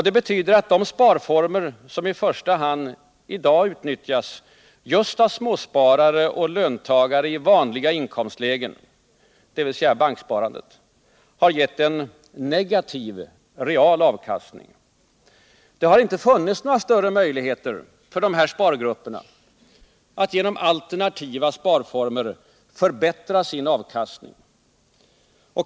Det betyder att de sparformer som i första hand i dag utnyttjas just av småsparare och löntagare i vanliga inkomstlägen, dvs. banksparandet, har gett en negativ real avkastning. Det har inte funnits några större möjligheter för de här sparargrupperna att genom alternativa sparformer förbättra sin avkastning.